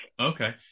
Okay